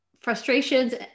frustrations